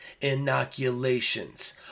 inoculations